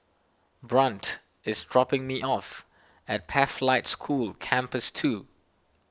Brandt is dropping me off at Pathlight School Campus two